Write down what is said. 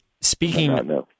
speaking